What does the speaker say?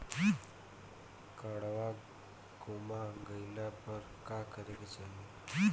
काडवा गुमा गइला पर का करेके चाहीं?